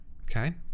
okay